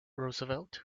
roosevelt